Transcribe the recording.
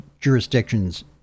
jurisdictions